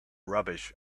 rubbish